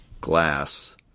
Glass